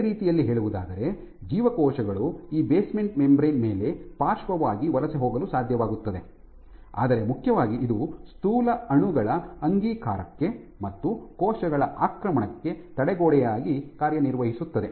ಬೇರೆ ರೀತಿಯಲ್ಲಿ ಹೇಳುವುದಾದರೆ ಜೀವಕೋಶಗಳು ಈ ಬೇಸ್ಮೆಂಟ್ ಮೆಂಬರೇನ್ ಮೇಲೆ ಪಾರ್ಶ್ವವಾಗಿ ವಲಸೆ ಹೋಗಲು ಸಾಧ್ಯವಾಗುತ್ತದೆ ಆದರೆ ಮುಖ್ಯವಾಗಿ ಇದು ಸ್ಥೂಲ ಅಣುಗಳ ಅಂಗೀಕಾರಕ್ಕೆ ಮತ್ತು ಕೋಶಗಳ ಆಕ್ರಮಣಕ್ಕೆ ತಡೆಗೋಡೆಯಾಗಿ ಕಾರ್ಯನಿರ್ವಹಿಸುತ್ತದೆ